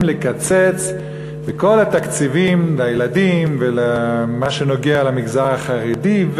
לקצץ בכל התקציבים לילדים ולמה שנוגע במגזר החרדי.